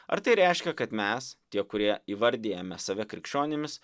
ar tai reiškia kad mes tie kurie įvardijame save krikščionimis